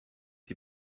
die